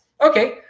Okay